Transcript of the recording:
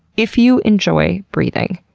if you enjoy breathing,